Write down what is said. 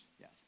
Yes